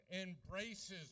embraces